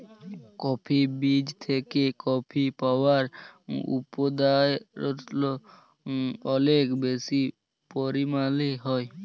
coffee বীজ থেকে coffee powder উদপাদল অলেক বেশি পরিমালে হ্যয়